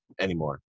anymore